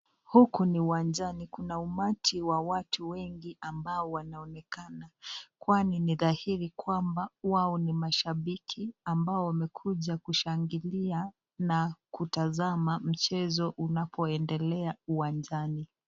Huku ni uwanjani kuna umati wa watu wengi ambao wanaonekana kwani ni dhahiri kwamba wao ni mashabiki ambao wamekuja kushangilia na kutazama mchezo unapo endelea uwanjani .